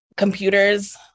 computers